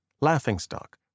laughingstock